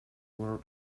were